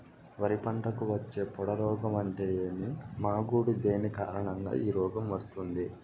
వరి పంటకు వచ్చే పొడ రోగం అంటే ఏమి? మాగుడు దేని కారణంగా ఈ రోగం వస్తుంది?